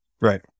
Right